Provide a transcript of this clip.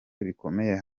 bikomeye